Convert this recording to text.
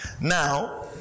Now